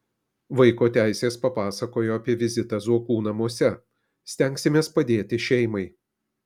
vaiko teisės papasakojo apie vizitą zuokų namuose stengsimės padėti šeimai